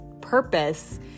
purpose